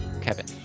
kevin